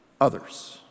others